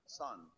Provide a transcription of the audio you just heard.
son